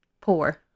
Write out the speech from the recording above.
Poor